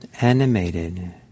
animated